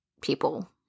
people